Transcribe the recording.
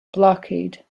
blockade